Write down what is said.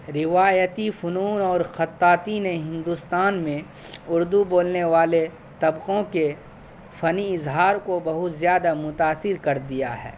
روایتی فنون اور خطاطی نے ہندوستان میں اردو بولنے والے طبقوں کے فنی اظہار کو بہت زیادہ متاثر کر دیا ہے